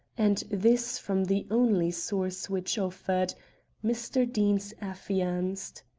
and this from the only source which offered mr. deane's affianced.